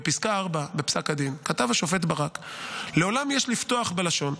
בפסקה 4 בפסק הדין כתב השופט ברק: "לעולם יש לפתוח בלשון,